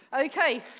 Okay